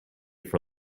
for